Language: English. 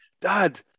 dad